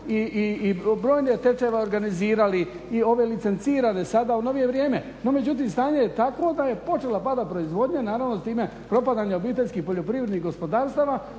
i brojne tečajeve organizirali i ove licencirane sada u novije vrijeme. No međutim stanje je takvo da je počela padati proizvodnja, naravno s time propadanje obiteljskih poljoprivrednih gospodarstava